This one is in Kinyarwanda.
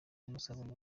n’amasabune